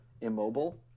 immobile